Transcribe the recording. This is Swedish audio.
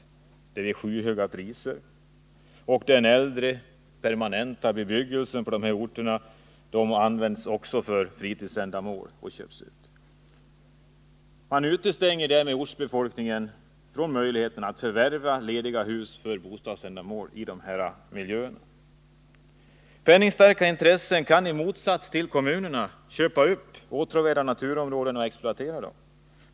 De betingar skyhöga priser, och den äldre permanenta bebyggelsen i dessa orter används också för fritidsändamål och köps upp. Man utestänger därmed ortsbefolkningen från möjligheten att förvärva lediga hus för bostadsända mål i dessa miljöer. Penningstarka intressen kan i motsats till kommunerna köpa upp åtråvärda naturområden och exploatera dem.